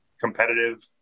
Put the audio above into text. competitive